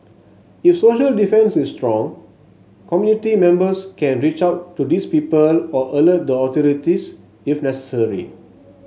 if social defence is strong community members can reach out to these people or alert the authorities if necessary